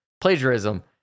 plagiarism